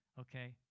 okay